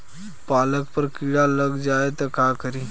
पालक पर कीड़ा लग जाए त का करी?